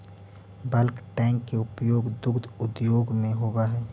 bulk tank के उपयोग दुग्ध उद्योग में होवऽ हई